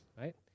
right